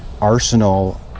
arsenal